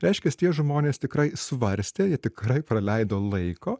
reiškias tie žmonės tikrai svarstė jie tikrai praleido laiko